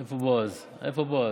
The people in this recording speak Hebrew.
איפה בועז, איפה בועז?